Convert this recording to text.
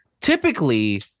typically